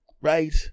Right